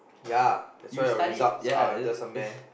ya that's why your results are just a meh